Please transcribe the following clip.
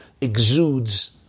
exudes